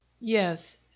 Yes